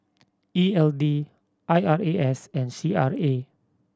E L D I R A S and C R A